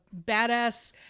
badass